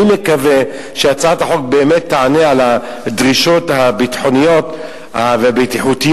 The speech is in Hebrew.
אני מקווה שהצעת החוק באמת תענה על הדרישות הביטחוניות והבטיחותיות